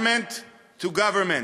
Government to Government,